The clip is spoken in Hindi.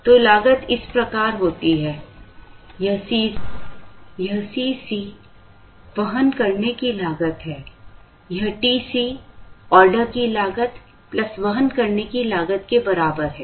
तो लागत इस प्रकार होती है यह C c वहन करने की लागत है यह TC ऑर्डर की लागत वहन करने की लागत के बराबर है